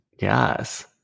Yes